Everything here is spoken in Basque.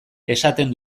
esaten